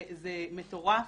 זה מטורף,